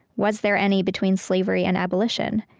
was there any between slavery and abolition?